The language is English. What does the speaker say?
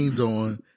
on